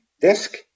desk